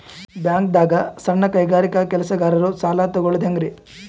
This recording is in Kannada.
ಬ್ಯಾಂಕ್ದಾಗ ಸಣ್ಣ ಕೈಗಾರಿಕಾ ಕೆಲಸಗಾರರು ಸಾಲ ತಗೊಳದ್ ಹೇಂಗ್ರಿ?